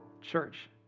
Church